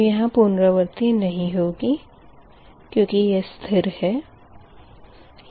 तो यहाँ पुनरावर्ती नही होगी क्यूँकि यह स्थिर है